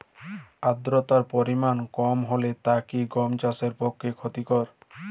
আর্দতার পরিমাণ কম হলে তা কি গম চাষের পক্ষে ক্ষতিকর?